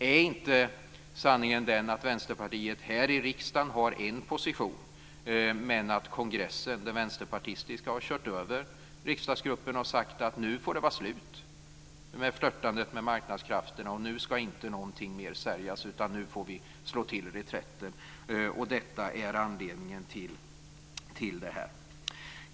Är inte sanningen den att Vänsterpartiet här i riksdagen har en position men att den vänsterpartistiska kongressen har kört över riksdagsgruppen och sagt: Nu får det vara slut med flörtandet med marknadskrafterna, och nu ska inte något mer säljas, utan nu får vi slå till reträtt? Är inte detta anledningen till det här?